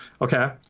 okay